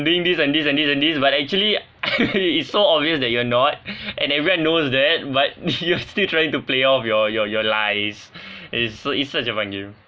being this and this and this and this but actually it's so obvious that you're not and everyone knows that but you're still trying to play off your your your lies it's so it's such a fun game